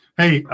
hey